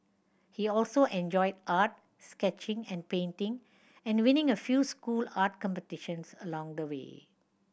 he also enjoyed art sketching and painting and winning a few school art competitions along the way